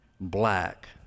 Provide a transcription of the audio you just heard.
black